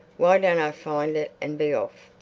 why don't i find it and be off?